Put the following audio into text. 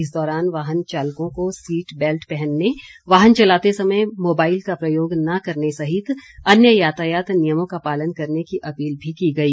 इस दौरान वाहन चालकों को सीट बैल्ट पहनने वाहन चलाते समय मोबाईल का प्रयोग न करने सहित अन्य यातायात नियमों का पालन करने की अपील भी की गई